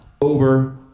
over